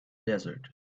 desert